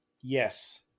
Yes